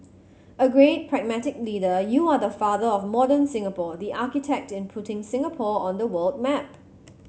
a great pragmatic leader you are the father of modern Singapore the architect in putting Singapore on the world map